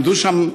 הן עמדו שם,